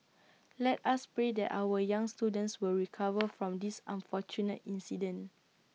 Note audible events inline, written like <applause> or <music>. let us pray that our young students will recover <noise> from this unfortunate incident